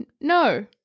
no